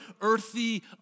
earthy